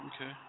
Okay